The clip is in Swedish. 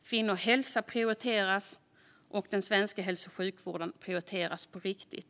Kvinnohälsa prioriteras, och den svenska hälso och sjukvården prioriteras på riktigt.